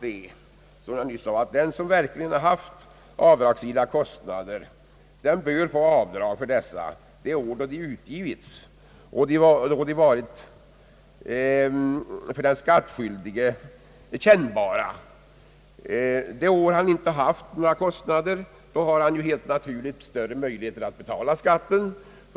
Vi anser att den som haft avdragsgilla kostnader bör få göra avdrag för dessa de år som de har utgivits och varit för den skattskyldige kännbara. Under de år som han inte har haft några kostnader har han helt naturligt större möjligheter att betala skatten.